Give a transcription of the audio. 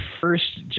first